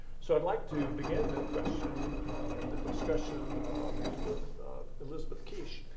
so i would like to begin the question and the discussion with elizabeth kiss.